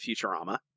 Futurama